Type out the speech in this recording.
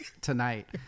tonight